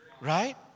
right